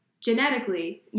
genetically